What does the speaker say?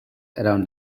around